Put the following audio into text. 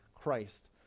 Christ